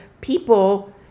people